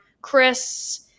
Chris